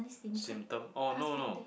symptom oh no no